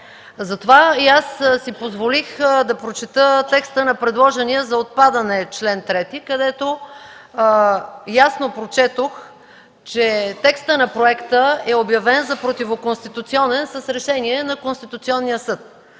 Затова си позволих да прочета текста на предложения за отпадане чл. 3, където ясно прочетох, че текстът е проекта е обявен за противоконституционен с решение на Конституционния съд.